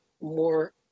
more